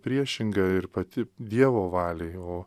priešinga ir pati dievo valiai o